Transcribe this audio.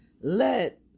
Let